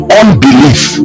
unbelief